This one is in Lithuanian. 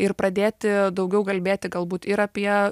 ir pradėti daugiau kalbėti galbūt ir apie